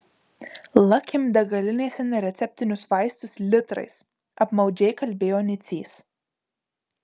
lakim degalinėse nereceptinius vaistus litrais apmaudžiai kalbėjo nicys